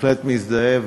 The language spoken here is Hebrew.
בהחלט מזדהה,